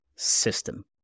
system